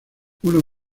uno